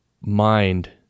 mind